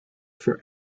for